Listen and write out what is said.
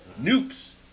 nukes